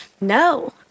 No